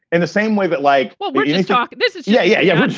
and the same way that like. well, we talk. this is. yeah. yeah, yeah. but